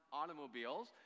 automobiles